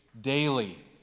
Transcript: daily